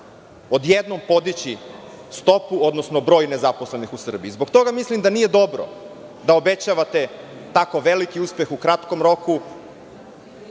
odjednom podići stopu, odnosno broj nezaposlenih u Srbiji. Zbog toga mislim da nije dobro da obećavate tako veliki uspeh u kratkom roku,